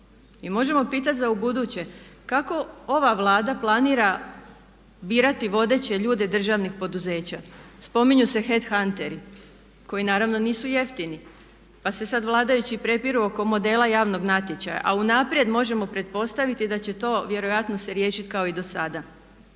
I možemo pitat za u buduće kako ova Vlada planira birati vodeće ljude državnih poduzeća? Spominju se headhunteri koji naravno nisu jeftini, pa se sad vladajući prepiru oko modela javnog natječaja, a unaprijed možemo pretpostaviti da će to vjerojatno se riješit kao i do sada.